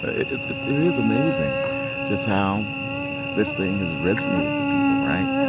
it's, it's it's amazing just how this thing has resonated with people, right.